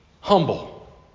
humble